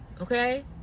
okay